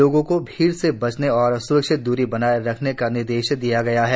लोगों को भीड़ से बचने और स्रक्षित द्री बनाये रखने का निर्देश दिया गया है